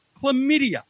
Chlamydia